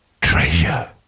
Treasure